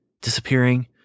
disappearing